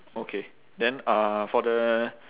okay then uh for the